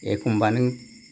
एखनबा नों